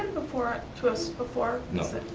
before to us before? no,